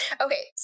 Okay